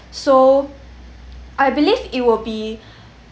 so I believe it will be